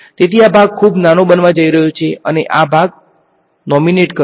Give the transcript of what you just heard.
તેથી આ ભાગ ખૂબ નાનો બનવા જઈ રહ્યો છે અને આ ભાગ નોમીનેટ કરશે